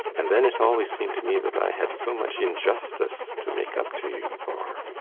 and then it always seemed to me that i had so much injustice to make up to you for.